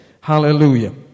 Hallelujah